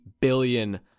billion